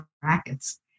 brackets